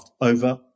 over